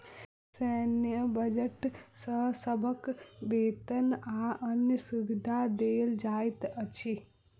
सैन्य बजट सॅ सभक वेतन आ अन्य सुविधा देल जाइत अछि